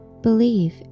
Believe